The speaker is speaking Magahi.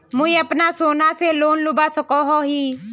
मुई अपना सोना से लोन लुबा सकोहो ही?